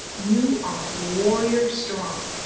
you are warrior strong.